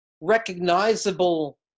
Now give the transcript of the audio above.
recognizable